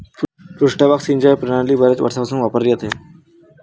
पृष्ठभाग सिंचन प्रणाली बर्याच वर्षांपासून वापरली जाते